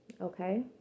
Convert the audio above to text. Okay